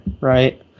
right